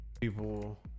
People